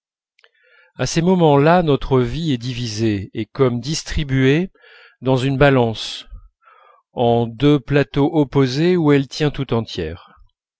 à ces moments-là notre vie est divisée et comme distribuée dans une balance en deux plateaux opposés où elle tient tout entière